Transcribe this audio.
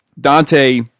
Dante